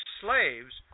slaves